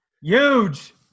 Huge